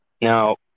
Now